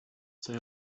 say